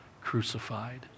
crucified